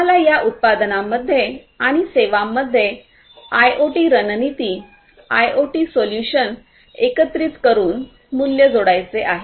आम्हाला या उत्पादनांमध्ये आणि सेवांमध्ये आयओटी रणनीती आयओटी सोल्युशनएकत्रित करून मूल्य जोडायचे आहे